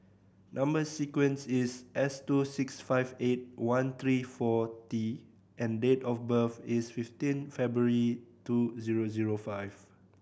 number sequence is S two six five eight one three four T and date of birth is fifteen February two zero zero five